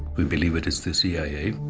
we believe it is the cia.